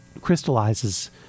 crystallizes